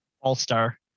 All-star